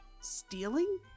stealing